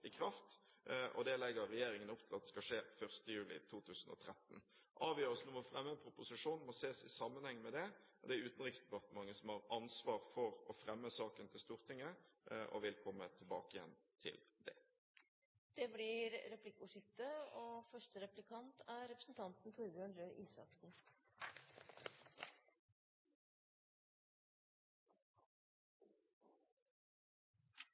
i kraft, og det legger regjeringen opp til skal skje den 1. juli 2013. Avgjørelsen om å fremme en proposisjon må ses i sammenheng med det. Det er Utenriksdepartementet som har ansvar for å fremme saken for Stortinget. Jeg vil komme tilbake til det. Det blir replikkordskifte. Tilretteleggingsarbeidet er et arbeid hvor, som komiteens merknader viser, det er